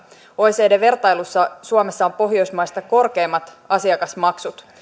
oecdn vertailussa suomessa on pohjoismaista korkeimmat asiakasmaksut